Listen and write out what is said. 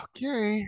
Okay